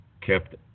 kept